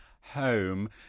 home